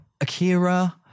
akira